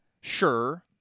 sure